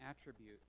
attribute